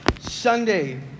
Sunday